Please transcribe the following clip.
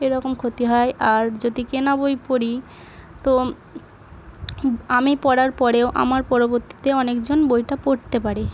এরকম ক্ষতি হয় আর যদি কেনা বই পড়ি তো আমি পড়ার পরেও আমার পরবর্তীতে অনেক জন বইটা পড়তে পারে